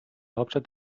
hauptstadt